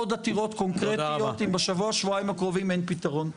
עוד עתירות קונקרטיות אם בשבוע-שבועיים הקרובים אין פתרון.